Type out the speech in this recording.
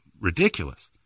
ridiculous